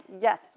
yes